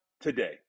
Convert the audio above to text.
today